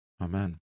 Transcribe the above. Amen